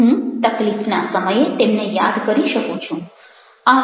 હું તકલીફના સમયે તેમને યાદ કરી શકું છું